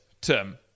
Tim